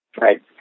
right